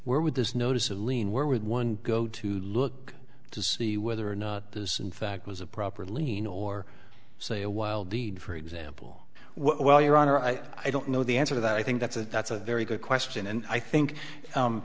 where would this notice a lien where would one go to look to see whether or not this in fact was a proper lean or say a wild deed for example well your honor i i don't know the answer to that i think that's a that's a very good question and i think